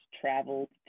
traveled